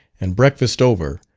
and breakfast over,